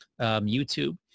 YouTube